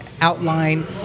outline